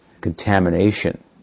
contamination